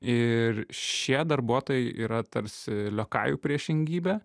ir šie darbuotojai yra tarsi liokajų priešingybė